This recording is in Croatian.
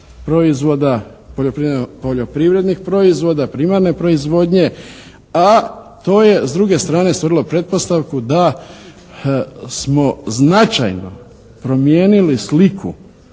proizvoda, poljoprivrednih proizvoda, primarne proizvodnje. A to je s druge strane stvorilo pretpostavku da smo značajno promijenili sliku